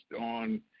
on